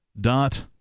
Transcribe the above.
dot